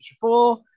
four